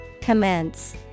Commence